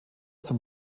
zum